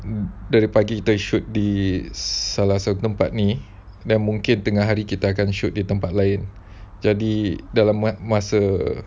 dari pagi kita shoot di salah satu tempat ni dan mungkin tengah hari kita akan shoot di tempat lain jadi dalam masa